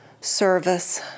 service